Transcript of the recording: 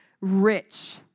rich